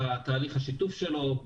בתהליך השיתוף שלו,